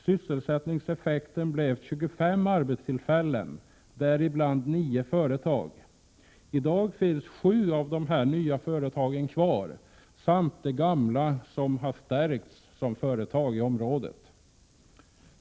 Sysselsättningseffekten blev 25 arbetstillfällen, däribland 9 företag. I dag finns 7 av de nya företagen kvar samt de gamla, som har förstärkts som företag i området.